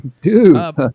Dude